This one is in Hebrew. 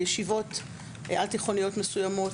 ישיבות תיכוניות מסוימות